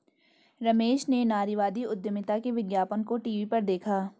रमेश ने नारीवादी उधमिता के विज्ञापन को टीवी पर देखा